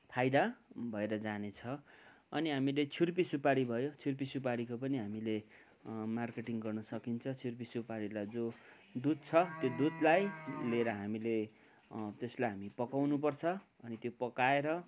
फाइदा भएर जानेछ अनि हामीले छुर्पी सुपारी भयो छुर्पी सुपारीको पनि हामीले मार्केटिङ गर्न सकिन्छ छुर्पी सुपाडीलाई जो दुध छ त्यो दुधलाई लिएर हामीले त्यसलाई हामी पकाउनु पर्छ अनि त्यो पकाएर